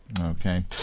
Okay